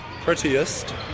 Prettiest